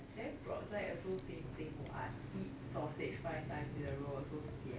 then Brotzeit also same thing what eat sausage five times in a row also sian